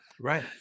Right